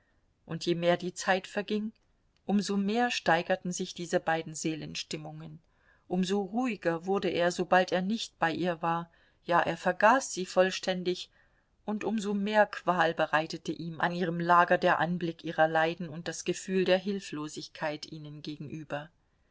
und je mehr die zeit verging um so mehr steigerten sich diese beiden seelenstimmungen um so ruhiger wurde er sobald er nicht bei ihr war ja er vergaß sie vollständig und um so mehr qual bereitete ihm an ihrem lager der anblick ihrer leiden und das gefühl der hilflosigkeit ihnen gegenüber